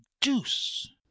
deuce